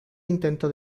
intento